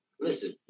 Listen